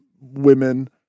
women